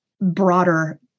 broader